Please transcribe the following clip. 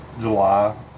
July